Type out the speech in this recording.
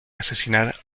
asesinar